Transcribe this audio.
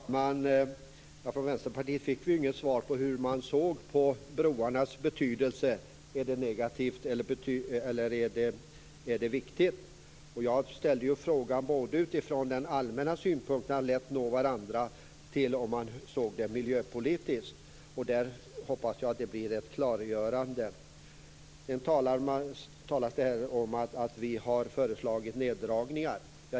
Fru talman! Från Vänsterpartiet fick vi ju inget svar på hur man ser på broarnas betydelse - är de negativa eller positiva? Jag ställde frågan både utifrån det allmänna önskemålet att lätt nå varandra och utifrån miljöpolitiska aspekter. Där hoppas jag att vi får ett klargörande. Sedan talas det här om att vi har föreslagit neddragningar.